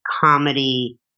comedy